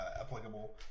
applicable